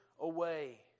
away